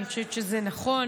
אני חושבת שזה נכון.